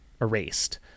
erased